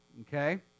Okay